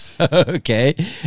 Okay